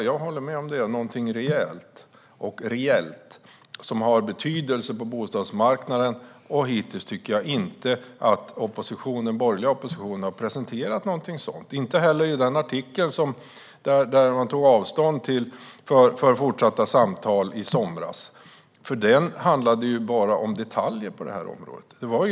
Jag håller med om det. Det ska ha betydelse på bostadsmarknaden. Jag tycker inte att den borgerliga oppositionen har presenterat något sådant hittills. Något sådant fanns inte heller med i artikeln i somras där man tog avstånd från fortsatta samtal. Den handlade bara om detaljer på området.